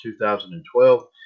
2012